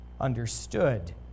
understood